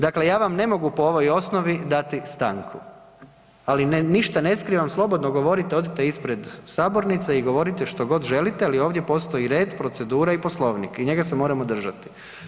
Dakle, ja vam ne mogu po ovoj osnovi dati stanku, ali ne ništa ne skrivam, slobodno govorite, odite ispred sabornice i govorite što god želite, ali ovdje postoji red, procedura i Poslovnik i njega se moramo držati.